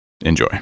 Enjoy